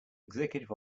executive